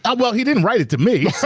ah well, he didn't write it to me,